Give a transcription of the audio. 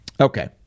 Okay